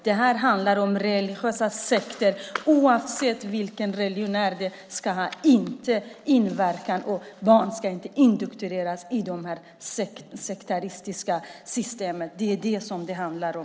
Det här handlar om religiösa sekter, och oavsett vilken religion det är ska den inte ha någon inverkan, och barn ska inte indoktrineras i de här sekteristiska systemen. Det är det som det handlar om.